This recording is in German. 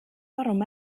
warum